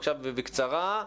בבקשה ובקצרה.